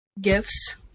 Gifts